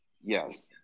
Yes